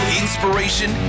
inspiration